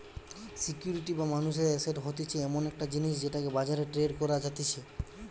security বা মানুষের asset হতিছে এমন একটা জিনিস যেটাকে বাজারে ট্রেড করা যাতিছে